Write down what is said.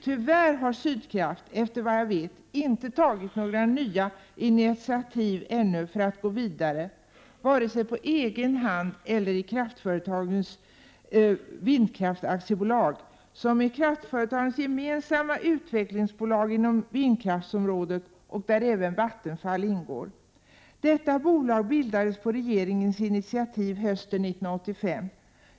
Tyvärr har Sydkraft, efter vad jag vet, inte tagit några nya initiativ ännu för att gå vidare, vare sig på egen hand eller i Kraftföretagens Vindkraft AB, som är kraftföretagens gemensamma utvecklingsbolag inom vindkraftsområdet och där även Vattenfall ingår. Detta bolag bildades på regeringens initiativ hösten 1985.